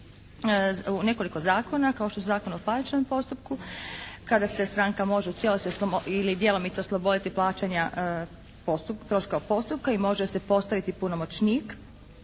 u nekoliko zakona kao što su Zakon o parničnom postupku kada se stranka može u cijelosti ili djelomično osloboditi plaćanja troškova postupka i može se postaviti punomoćnik